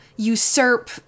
usurp